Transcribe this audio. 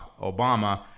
Obama